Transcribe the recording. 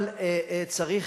אבל צריך,